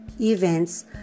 events